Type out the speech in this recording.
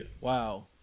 wow